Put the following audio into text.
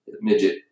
midget